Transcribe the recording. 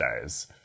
days